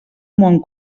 món